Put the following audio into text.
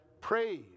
praise